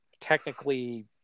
technically